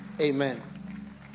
Amen